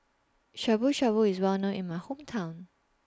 Shabu Shabu IS Well known in My Hometown